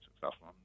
successful